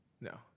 No